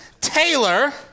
Taylor